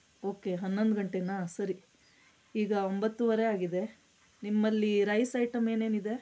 okay ಹನ್ನೊಂದು ಗಂಟೇನ ಸರಿ ಈಗ ಒಂಬತ್ತುವರೆ ಆಗಿದೆ ನಿಮ್ಮಲ್ಲಿ ರೈಸ್ ಐಟಮ್ ಏನೇನಿದೆ